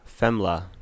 femla